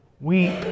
Weep